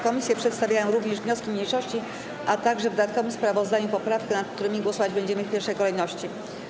Komisje przedstawiają również wnioski mniejszości, a także w dodatkowym sprawozdaniu poprawkę, nad którymi głosować będziemy w pierwszej kolejności.